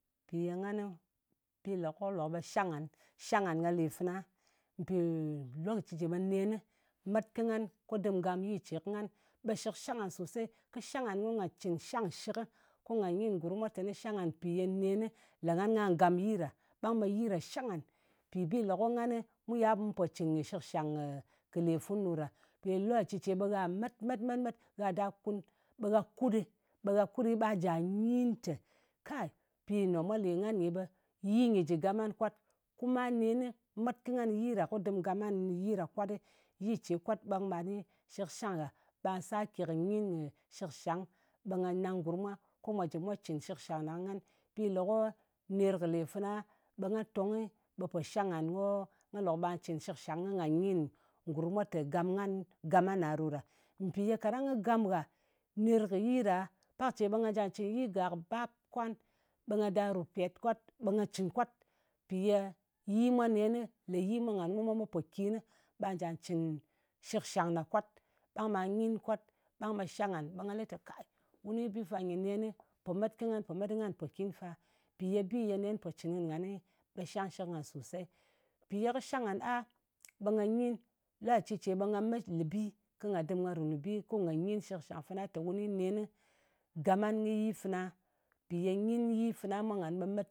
Mpì ye ngani bi lè ko lòk ɓe shang ngan, shang ngàn ka lì fana. Mpì lokaci ce ɓe nenni met kɨ ngan ko dɨm gam yi ce kɨ ngan, ɓe shɨkshang ngàn sosei. Kɨ shang ngan ko nga cɨn shangshɨk, ko nga nyin gurm mwa te shang nga mpì ye nenni le ngan kà gam yi ɗa. Ɓang ɓe yi ɗa shang ngan. Mpì bi le ko nganɨ kɨ yal ɓe mu pò cɨn kɨ shɨkshang kɨ, le funu ɗo ɗa. Mpì lokaci ce ɓe gha met met met met gha da kun, ɓe gha kutɗɨ, ɓe gha kutɗi ɓa njà nyin tè kei, pi me mwa lè ngan nyi ɓe yi nyɨ jɨ gam ngan kwat. Kuma nenni met kɨ ngan yi ɗa ko dɨm gam ngan yi ɗa kwat, yi ce kwat, ɓang ɓa ni shɨkshang gha, ɓa sake kɨ nyin kɨ shìkshang. Ɓe nga nang gurm mwa ko mwà jɨ mwa cɨn shɨkshang ɗa kɨ ngan. Bi lè ko ner kɨ lè fana ɓe nga tongnɨ, ɓe po shang ngan ko nga lòk ɓà cɨn shɨkshàng ko nga nyin gurm mwa tè gam ngan, gam nganna ɗo ɗa. Mpì ye kaɗang kɨ gam gha ner kɨ yi ɗa, pak ce ɓe ngà jà cɨn yi gàk, ɓap, kwan, ɓe nga ɗa ru yi ce kwat, ɓe nga cɨn kwat. Mpì ye yi mwa, nen le yi mwa ngan ko mwa met pokin, ɓà njà cɨn shɨkshang ɗa kwat. Ɓang ɓà nyin kwat, ɓang ɓe shang ngan ɓe ngà lɨ te kai, wùni bi fan nyɨ nen pò met kɨ ngan, po met kɨ ngan mpòkin fa, mpì ye bi ye nen po cɨn kɨnɨ ngan mwa ɓe shangshɨk ngan sosei. Mpì ye kɨ shang ngan a, ɓe nga nyin, lokaci ce ɓe nga met lɨbi, kɨ nga dɨm nga ru lɨbi kɨ nga nyin shɨkshang fana tè wu ni nenni gam ngan kɨ yi fana. Mpì ye nyin yi fana mwa ngan ɓe met